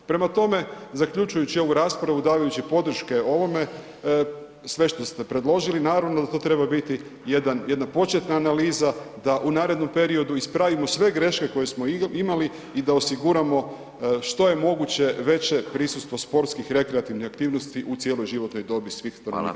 Prema tome, zaključujući ovu raspravu, davajući podrške ovome sve što ste predložili, naravno da to treba biti jedna početna analiza da u narednom periodu ispravimo sve greške koje smo imali i da osiguramo što je moguće veće prisustvo sportskih rekreativnih aktivnosti u cijeloj životnoj dobi svih stanovnika Hrvatske.